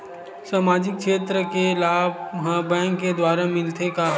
सामाजिक क्षेत्र के लाभ हा बैंक के द्वारा ही मिलथे का?